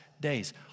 days